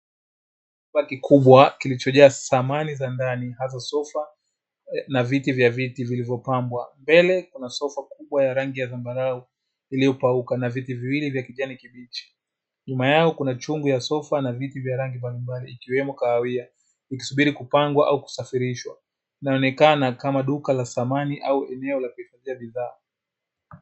Chumba kikubwa kilichojaa samani za ndani, nazo sofa na viti vya viti vilivyopambwa, mbele kuna masofa makubwa ya rangi ya zambarau iliyopauka na vitu viwili vya kijani kibichi, nyuma yao kuna chungu ya sofa na viti vya rangi mbalimbali ikiwemo kahawia ikisubiri kupangwa au kusafirishwa, inaonekana kama duka la thamani au eneo la kuhifadhia bidhaa.